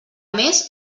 més